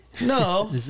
No